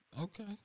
Okay